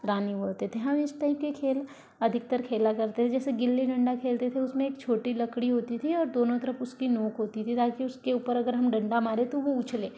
रानी बोलते थे हम इस टाइप के खेल अधिकतर खेला करते थे जैसे गिल्ली डंडा खेलते थे उसमें एक छोटी लकड़ी होती थी और दोनों तरफ़ उसकी नोक होती थी ताकि उसके ऊपर अगर हम डंडा मारें तो वो उछले